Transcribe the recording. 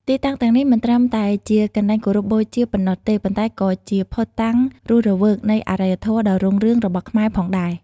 ទីតាំងទាំងនេះមិនត្រឹមតែជាកន្លែងគោរពបូជាប៉ុណ្ណោះទេ ប៉ុន្តែក៏ជាភស្តុតាងរស់រវើកនៃអរិយធម៌ដ៏រុងរឿងរបស់ខ្មែរផងដែរ។